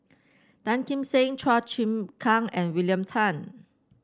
Tan Kim Seng Chua Chim Kang and William Tan